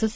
S